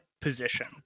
position